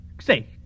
Say